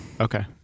Okay